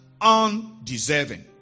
undeserving